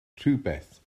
rhywbeth